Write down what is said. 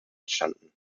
entstanden